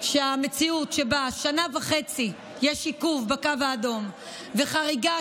שעל המציאות שבה שנה וחצי יש עיכוב בקו האדום וחריגה